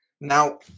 now